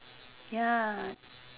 ya